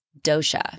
dosha